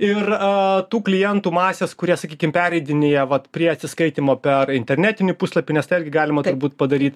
ir tų klientų masės kurie sakykim pereidinėja vat prie atsiskaitymo per internetinį puslapį nes tai argi galima taip būti padaryt